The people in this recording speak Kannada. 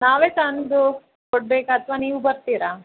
ನಾವೇ ತಂದು ಕೊಡಬೇಕಾ ಅಥ್ವ ನೀವು ಬರ್ತೀರಾ